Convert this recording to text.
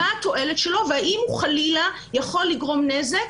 מה התועלת שלו והאם הוא חלילה יכול לגרום נזק.